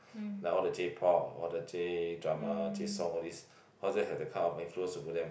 like all the J-Pop all the J-drama J-songs all these all of them that had kind of influence over them